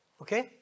Okay